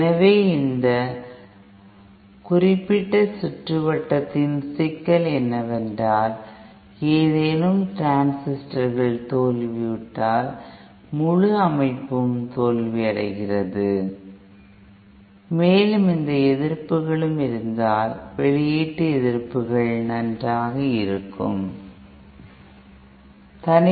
எனவே இந்த குறிப்பிட்ட சுற்றுவட்டத்தின் சிக்கல் என்னவென்றால் ஏதேனும் டிரான்சிஸ்டர்கள் தோல்வியுற்றால் முழு அமைப்பும் தோல்வியடைகிறது மேலும் இந்த எதிர்ப்புகளும் இருந்தால் வெளியீட்டு எதிர்ப்புகள் நன்றாக இருக்க வேண்டும்